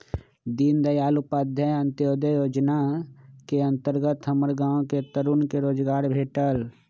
दीनदयाल उपाध्याय अंत्योदय जोजना के अंतर्गत हमर गांव के तरुन के रोजगार भेटल